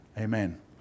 Amen